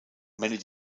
many